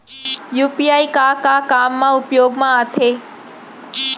UPI का का काम मा उपयोग मा आथे?